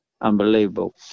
unbelievable